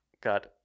got